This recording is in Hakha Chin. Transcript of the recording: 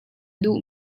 duh